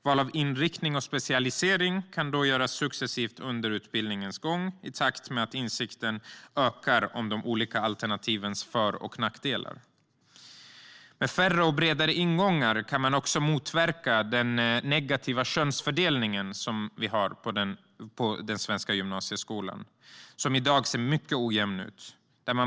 Val av inriktning och specialisering kan då göras successivt under utbildningens gång i takt med att insikten ökar om de olika alternativens för och nackdelar. Med färre och bredare ingångar kan man också motverka den negativa könsfördelning som vi har i den svenska gymnasieskolan. I dag ser den mycket ojämn ut.